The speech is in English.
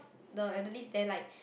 the elderlies there like